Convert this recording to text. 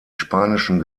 spanischen